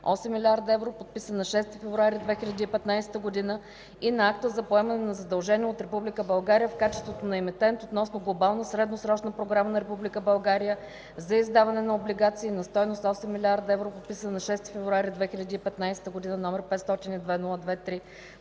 000 000 евро, подписан на 6 февруари 2015 г. и Акта за поемане на задължения от Република България в качеството на Емитент относно Глобална средносрочна програма на Република България за издаване на облигации на стойност 8 000 000 000 евро, подписан на 6 февруари 2015 г., № 502-02-3,